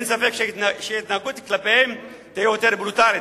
אין ספק שההתנהגות כלפיהם תהיה יותר ברוטלית,